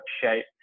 shape